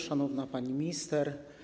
Szanowna Pani Minister!